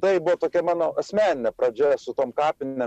tai buvo tokia mano asmeninė pradžia su tom kapinėm